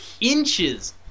inches